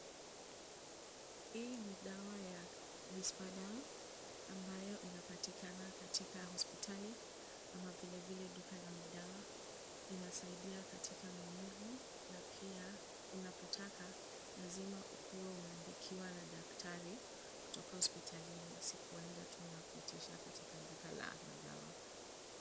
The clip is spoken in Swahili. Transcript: Hii ni dawa ya Risperdal ambayo inapatikana hospitali ama vile vile duka ya madawa. Inasaidia sana katika maumivu na pia unapotaka lazima ukue umeandikiwa na daktari kutoka hospitalini si kuenda tu na kuitisha katika duka la madawa.